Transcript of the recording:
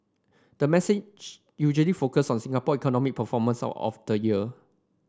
the message usually focus on Singapore economy performance of the year